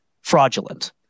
fraudulent